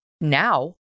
now